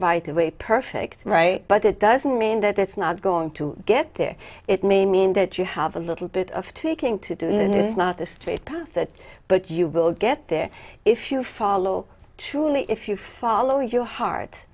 a perfect right but it doesn't mean that it's not going to get there it may mean that you have a little bit of tweaking to do and it's not a straight path that but you will get there if you follow truly if you follow your heart